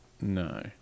no